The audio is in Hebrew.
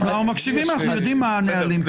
אנחנו מקשיבים, אנחנו יודעים מה הנהלים.